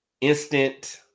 instant